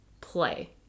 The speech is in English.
play